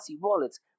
wallets